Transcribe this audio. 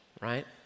Right